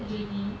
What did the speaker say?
J_B